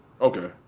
Okay